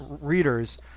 readers